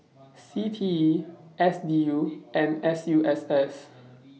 C T E S D U and S U S S